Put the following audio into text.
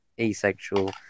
asexual